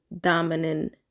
dominant